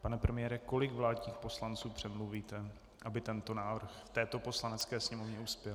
Pane premiére, kolik vládních poslanců přemluvíte, aby tento návrh v této Poslanecké sněmovně uspěl?